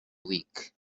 week